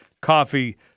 coffee